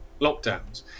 lockdowns